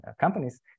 companies